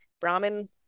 Brahmin